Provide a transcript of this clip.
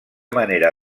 manera